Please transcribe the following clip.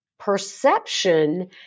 perception